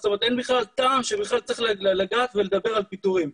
זאת אומרת אין בכלל טעם שצריך לגעת ולדבר על פיטורים.